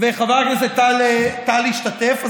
וחבר הכנסת טל השתתף.